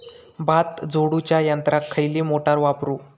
भात झोडूच्या यंत्राक खयली मोटार वापरू?